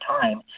time